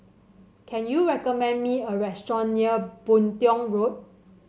can you recommend me a restaurant near Boon Tiong Road